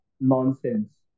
nonsense